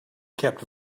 kept